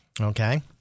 okay